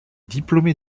diplômée